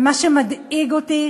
ומה שמדאיג אותי,